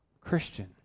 Christian